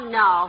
no